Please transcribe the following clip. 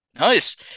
Nice